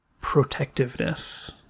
protectiveness